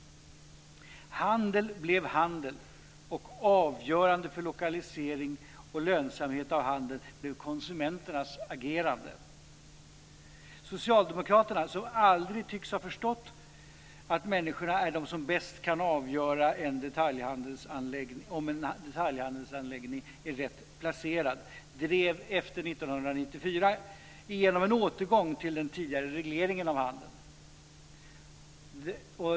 Handel blev handel, och avgörande för lokalisering och lönsamhet i fråga om handel blev konsumenternas agerande. Socialdemokraterna, som aldrig tycks ha förstått att människorna är de som bäst kan avgöra om en detaljhandelsanläggning är rätt placerad, drev efter 1994 igenom en återgång till den tidigare regleringen av handeln.